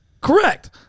Correct